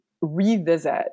revisit